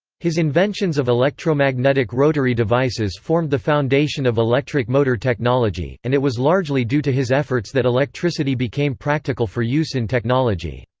his inventions of electromagnetic rotary devices formed the foundation of electric motor technology, and it was largely due to his efforts that electricity became practical for use in technology.